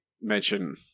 mention